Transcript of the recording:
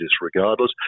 regardless